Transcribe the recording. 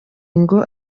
ngo